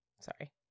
Sorry